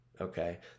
Okay